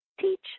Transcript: Teach